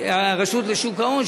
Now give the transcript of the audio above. הרשות לשוק ההון,